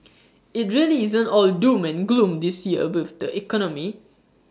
IT really isn't all doom and gloom this year with the economy